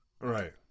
Right